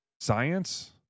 Science